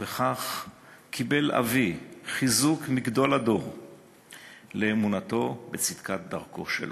וכך קיבל אבי חיזוק מגדול הדור לאמונתו בצדקת דרכו שלו,